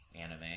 anime